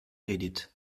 edith